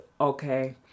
okay